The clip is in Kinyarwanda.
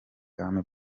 bwami